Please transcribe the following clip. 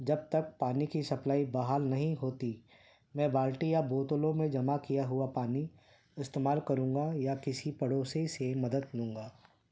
جب تک پانی کی سپلائی بحال نہیں ہوتی میں بالٹی یا بوتلوں میں جمع کیا ہوا پانی استعمال کروں گا یا کسی پڑوسی سے مدد لوں گا